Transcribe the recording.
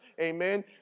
Amen